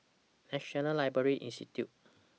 National Library Institute